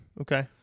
Okay